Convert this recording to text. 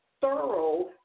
Thorough